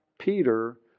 peter